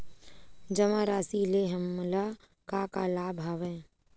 जमा राशि ले हमला का का लाभ हवय?